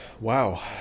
wow